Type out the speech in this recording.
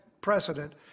precedent